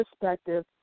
perspective